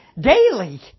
daily